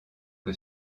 que